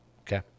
Okay